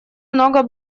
много